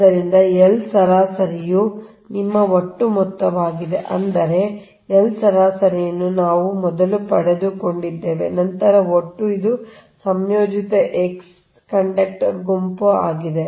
ಆದ್ದರಿಂದ L ಸರಾಸರಿಯು ನಿಮ್ಮ ಒಟ್ಟು ಮೊತ್ತವಾಗಿರುತ್ತದೆ ಅಂದರೆ L ಸರಾಸರಿಯನ್ನು ನಾವು ಮೊದಲು ಪಡೆದುಕೊಂಡಿದ್ದೇವೆ ನಂತರ ಒಟ್ಟು ಇದು ಸಂಯೋಜಿತ X ಆ ಕಂಡಕ್ಟರ್ ಗುಂಪು x ಆಗಿದೆ